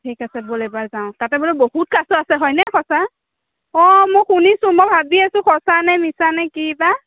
ঠিক আছে ব'ল এইবাৰ যাওঁ তাতে বোলে বহুত কাছ আছে হয়নে সচাঁ অঁ মই শুনিছোঁ মই ভাবি আছোঁ সচাঁ নে মিছা নে কি বা